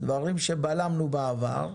דברים שבלמנו בעבר,